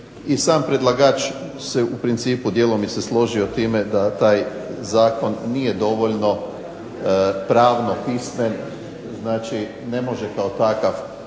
i sam predlagač se u principu djelomice složio s time da taj zakon nije dovoljno pravno pismen. Znači, ne može kao takav